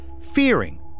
fearing